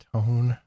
Tone